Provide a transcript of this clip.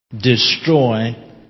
destroy